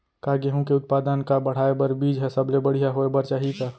का गेहूँ के उत्पादन का बढ़ाये बर बीज ह सबले बढ़िया होय बर चाही का?